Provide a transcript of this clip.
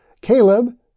Caleb